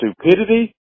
stupidity